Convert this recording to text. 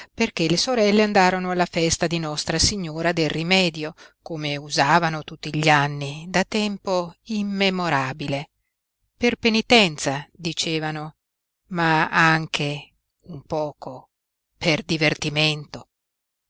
perché le sorelle andarono alla festa di nostra signora del rimedio come usavano tutti gli anni da tempo immemorabile per penitenza dicevano ma anche un poco per divertimento